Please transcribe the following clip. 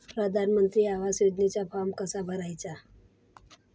प्रधानमंत्री आवास योजनेचा फॉर्म कसा भरायचा?